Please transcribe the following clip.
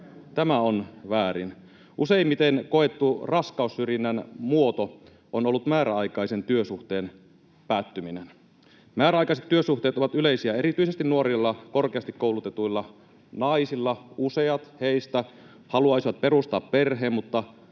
tämä on väärin. Useimmiten koettu raskaussyrjinnän muoto on ollut määräaikaisen työsuhteen päättyminen. Määräaikaiset työsuhteet ovat yleisiä erityisesti nuorilla korkeasti koulutetuilla naisilla. Useat heistä haluaisivat perustaa perheen, mutta